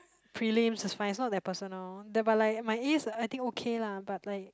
prelims is fine is not that personal that but like my A's I think okay lah but like